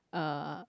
uh